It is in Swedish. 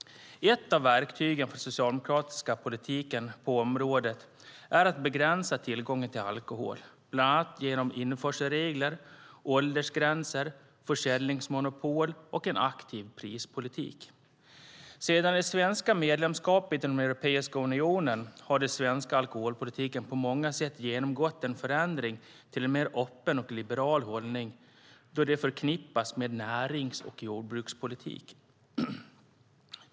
Ett av verktygen för den socialdemokratiska politiken på området är att begränsa tillgången till alkohol, bland annat genom införselregler, åldersgränser, försäljningsmonopol och en aktiv prispolitik. Sedan det svenska medlemskapet i Europeiska unionen har den svenska alkoholpolitiken på många sätt genomgått en förändring till en mer öppen och liberal hållning då det förknippas med närings och jordbrukspolitik.